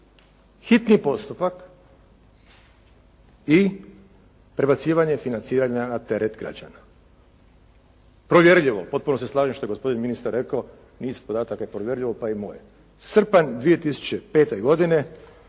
hitni je postupak i prebacivanje financiranja na teret građana. Provjerljivo, potpuno se slažem što je gospodin ministar rekao, niz podataka je provjerljivo pa i moj. Srpanj 2005. godine